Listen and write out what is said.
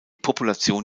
population